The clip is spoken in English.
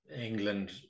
England